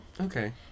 Okay